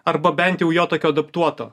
arba bent jau jo tokio adaptuoto